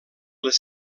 les